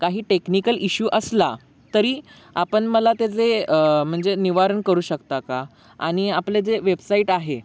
काही technical issue असला तरी आपण मला त्याचे म्हणजे निवारण करू शकता का आणि आपले जे वेबसाईट आहे